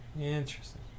Interesting